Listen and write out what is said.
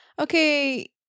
okay